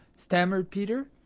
stammered peter.